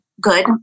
good